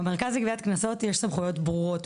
במרכז לגביית קנסות יש סמכויות ברורות,